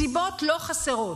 סיבות לא חסרות.